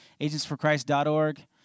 agentsforchrist.org